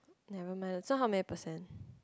never mind lah so how many percent